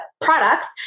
products